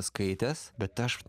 skaitęs bet aš